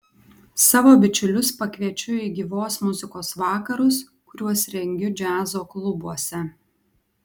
savo bičiulius pakviečiu į gyvos muzikos vakarus kuriuos rengiu džiazo klubuose